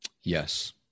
Yes